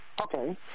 Okay